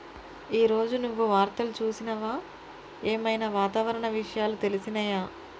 ఈ రోజు నువ్వు వార్తలు చూసినవా? ఏం ఐనా వాతావరణ విషయాలు తెలిసినయా?